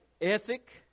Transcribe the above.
ethic